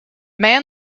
man